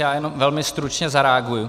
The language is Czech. Já jenom velmi stručně zareaguji.